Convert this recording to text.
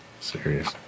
serious